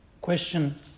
question